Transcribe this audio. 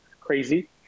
crazy